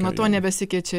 nuo to nebesikeičia